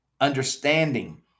understanding